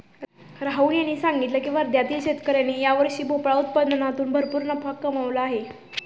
राहुल यांनी सांगितले की वर्ध्यातील शेतकऱ्यांनी यावर्षी भोपळा उत्पादनातून भरपूर नफा कमावला आहे